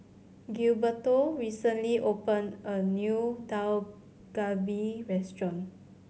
Gilberto recently opened a new Dak Galbi Restaurant